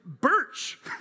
Birch